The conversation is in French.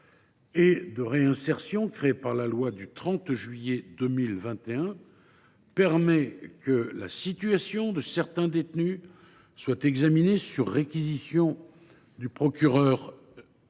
et de réinsertion, instaurée par la loi du 30 juillet 2021, permet que la situation de certains détenus soit examinée, sur réquisition du procureur